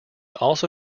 also